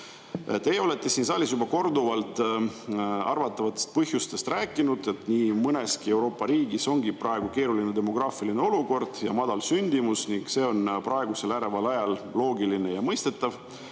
olete siin saalis juba korduvalt arvatavatest põhjustest rääkinud: nii mõneski Euroopa riigis ongi praegu keeruline demograafiline olukord ja madal sündimus ning see on praegusel äreval ajal loogiline ja mõistetav.